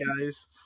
guys